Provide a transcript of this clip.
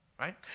right